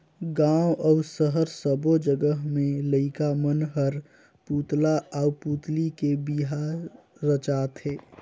गांव अउ सहर सब्बो जघा में लईका मन हर पुतला आउ पुतली के बिहा रचाथे